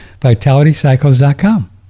Vitalitycycles.com